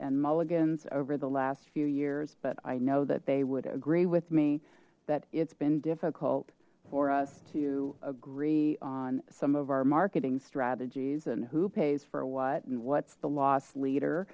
mulligan's over the last few years but i know that they would agree with me that it's been difficult for us to agree on some of our marketing strategies and who pays for what and what's the loss leader